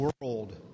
world